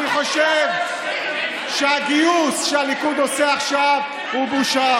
אני חושב שהגיוס שהליכוד עושה עכשיו הוא בושה.